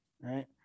Right